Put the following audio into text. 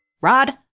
Rod